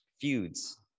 feuds